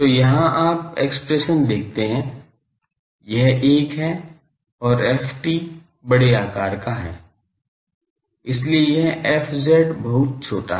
तो यहां आप एक्सप्रेशन देखते हैं यह 1 है और ft बड़े आकार का है इसलिए यह fz बहुत छोटा है